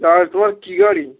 কেন তোমার কী গাড়ি